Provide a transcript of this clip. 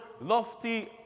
lofty